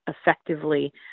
effectively